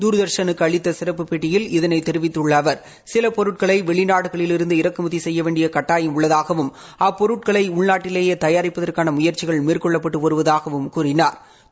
தூர்தா்ஷனுக்கு அளித்த சிறப்புப் பேட்டியில் இதனைத் தெிவித்துள்ள அவர் சில பொருட்களை வெளிநாடுகளிலிருந்து இறக்குமதி செய்ய வேண்டிய கட்டாயம் உள்ளதாகவும் அப்பொருட்களை உள்நாட்டிலேயே தயாரிப்பதற்கான முயற்சிகள் மேற்கொள்ளப்பட்டு வருவதாகவும் கூறினாா்